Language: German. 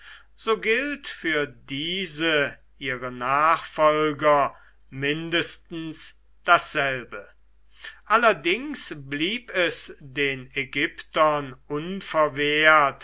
so gilt für diese ihre nachfolger mindestens dasselbe allerdings blieb es den ägyptern